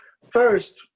first